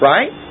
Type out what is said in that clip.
Right